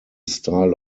style